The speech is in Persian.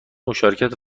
مشارکت